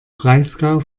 breisgau